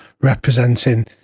representing